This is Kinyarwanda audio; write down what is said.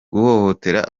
guhohotera